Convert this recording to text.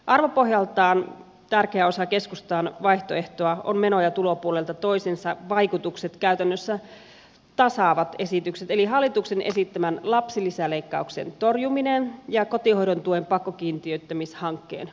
arvopohjaltaan tärkeä osa keskustan vaihtoehtoa ovat meno ja tulopuolelta toisensa vaikutukset käytännössä tasaavat esitykset eli hallituksen esittämän lapsilisäleikkauksen torjuminen ja kotihoidon tuen pakkokiintiöittämishankkeen peruminen